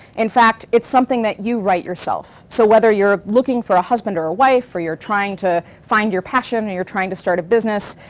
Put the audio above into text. in fact, fact, it's something that you write yourself. so whether you're looking for a husband or a wife or you're trying to find your passion and or you're trying to start a business,